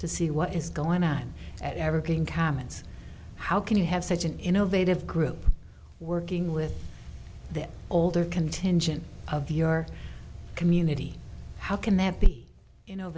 to see what is going on at evergreen comments how can you have such an innovative group working with the older contingent of your community how can there be you know